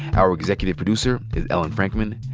our executive producer is ellen frankman.